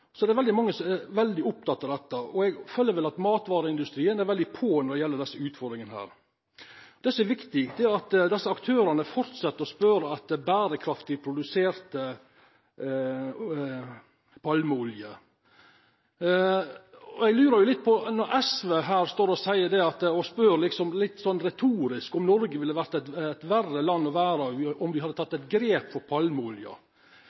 Så veldig mange er opptekne av dette. Eg føler at matvareindustrien er veldig på når det gjeld desse utfordringane. Det som er viktig, er at desse aktørane held fram med å spørja etter berekraftig produsert palmeolje. SV spør litt retorisk om Noreg ville vore eit verre land å vera i om vi hadde